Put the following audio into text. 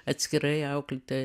atskirai auklėtoja